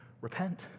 repent